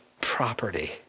property